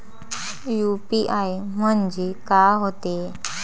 UPI म्हणजे का होते?